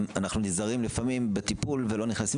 אנחנו נזהרים לפעמים בטיפול ולא נכנסים